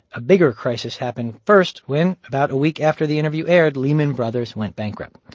a bigger crisis happened first when, about a week after the interview aired, lehman brothers went bankrupt.